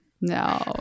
No